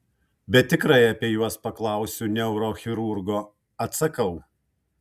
bet tikrai apie juos paklausiu neurochirurgo atsakau